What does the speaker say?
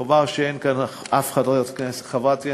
חבל שאין כאן אף חברת כנסת.